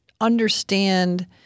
understand